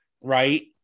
Right